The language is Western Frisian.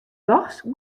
dochs